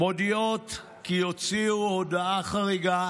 מודיעות כי יוציאו הודעה חריגה